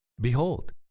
Behold